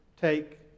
take